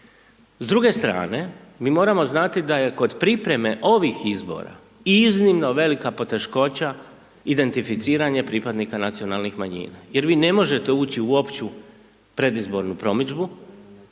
S druge strane, mi moramo znati da je kod pripreme ovih izbora iznimno velika poteškoća identificiranje pripadnika nacionalnih manjina jer vi ne možete ući u opću predizbornu promidžbu